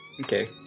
Okay